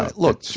look, sir,